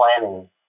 planning